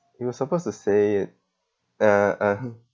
you were supposed to say it uh (uh huh)